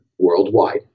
worldwide